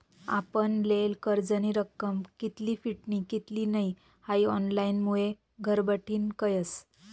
आपण लेयेल कर्जनी रक्कम कित्ली फिटनी कित्ली नै हाई ऑनलाईनमुये घरबठीन कयस